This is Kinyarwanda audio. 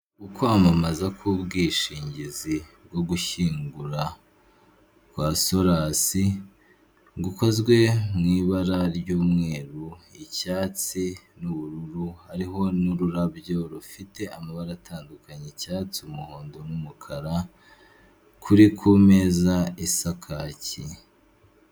Ukwamamaza k'ubwishingizi bwo gushyingura kwa solasi, gukozwe mw’ibara ry'umweru, icyatsi n'ubururu, hariho n'ururabyo rufite amabara atandukanye icyatsi, umuhondo n'umukara kuri kumeza isa kaki.